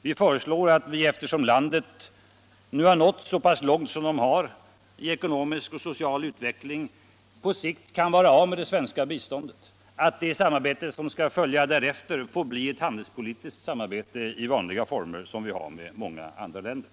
Vi föreslår, eftersom landet nu har nått så pass långt i ekonomisk och social utveckling att det på sikt kan vara av med det svenska biståndet, att det samarbete som skall följa får bli ett handelspolitiskt samarbete i vanliga former som vi har med många andra länder.